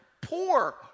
poor